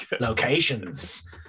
locations